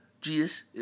Jesus